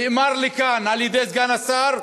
נאמר לי כאן, על-ידי סגן השר,